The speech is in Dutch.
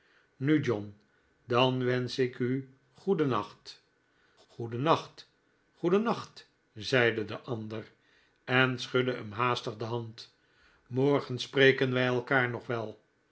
nu john dan wensch ik u goedennacht goedennacht goedennacht zeide de ander en schudde hem haastig de hand morgen spreken wy elkander nog wel